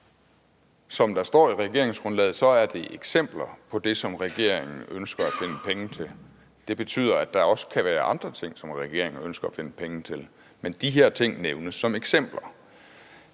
Som der står i regeringsgrundlaget, er det eksempler på det, som regeringen ønsker at finde penge til. Det betyder, at der også kan være andre ting, som regeringen ønsker at finde penge til. De her ting nævnes som eksempler.